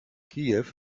kiew